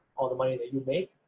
all the money that you make,